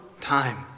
time